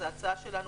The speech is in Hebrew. אז ההצעה שלנו